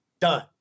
done